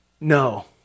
no